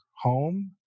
home